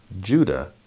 Judah